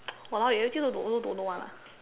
!walao! you everything also don't know don't know [one] ah